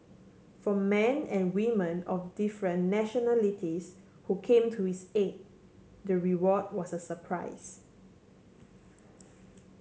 for men and women of different nationalities who came to his aid the reward was a surprise